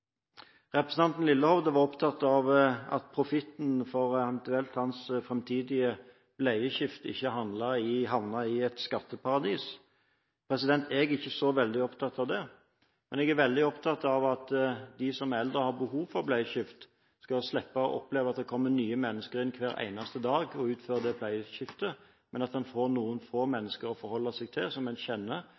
Representanten Lillehovde var opptatt av at profitten for hans eventuelle framtidige bleieskift ikke havnet i et skatteparadis. Jeg er ikke så veldig opptatt av det, men jeg er veldig opptatt av at de som er eldre og har behov for bleieskift, skal slippe å oppleve at det hver eneste dag kommer nye mennesker inn og utfører det bleieskiftet, men at en får noen få mennesker å forholde seg til som en kjenner,